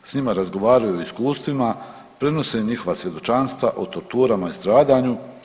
S njima razgovaraju o iskustvima, prenose njihova svjedočanstva o torturama i stradanju.